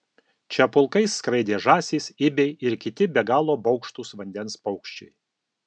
čia pulkais skraidė žąsys ibiai ir kiti be galo baugštūs vandens paukščiai